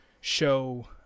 show